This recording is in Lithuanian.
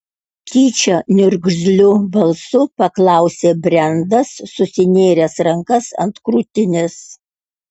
tyčia niurgzliu balsu paklausė brendas susinėręs rankas ant krūtinės